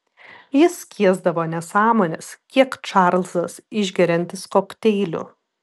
jis skiesdavo nesąmones kiek čarlzas išgeriantis kokteilių